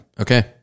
Okay